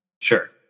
sure